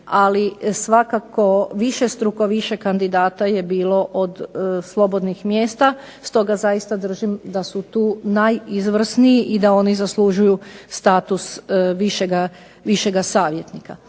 ali svakako višestruko više kandidata je bilo od slobodnih mjesta. Stoga zaista držim da su tu najizvrsniji i da oni zaslužuju status višega savjetnika.